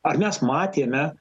ar mes matėme